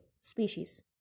species